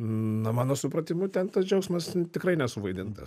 na mano supratimu ten tas džiaugsmas tikrai nesuvaidintas